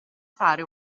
fare